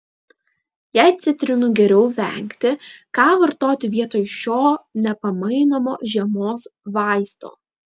jei citrinų geriau vengti ką vartoti vietoj šio nepamainomo žiemos vaisto